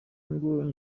ngo